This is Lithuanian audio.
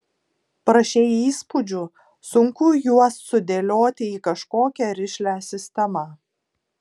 prašei įspūdžių sunku juos sudėlioti į kažkokią rišlią sistemą